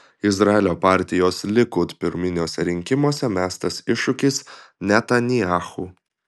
izraelio partijos likud pirminiuose rinkimuose mestas iššūkis netanyahu